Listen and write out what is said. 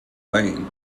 lane